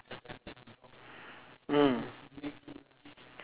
mm